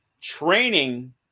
training